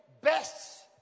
best